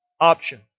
option